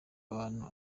abantu